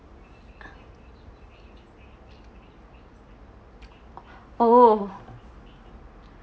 oh